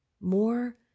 more